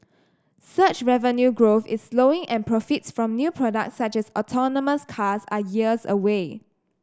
search revenue growth is slowing and profits from new products such as autonomous cars are years away